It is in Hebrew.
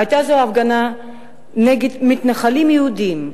היתה זו הפגנה נגד מתנחלים יהודים,